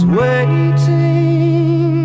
waiting